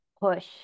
push